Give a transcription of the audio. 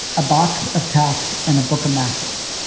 a box of tacks and a book of matches.